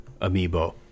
amiibo